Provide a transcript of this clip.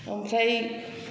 ओमफ्राय